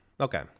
Okay